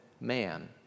man